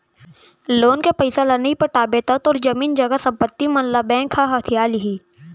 loan के पइसा ल नइ पटाबे त तोर जमीन जघा संपत्ति मन ल बेंक ह हथिया लिही